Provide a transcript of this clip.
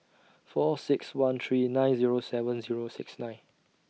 four six one three nine Zero seven Zero six nine